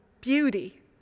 beauty